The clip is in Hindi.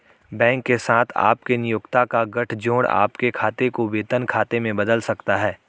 बैंक के साथ आपके नियोक्ता का गठजोड़ आपके खाते को वेतन खाते में बदल सकता है